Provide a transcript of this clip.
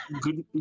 Good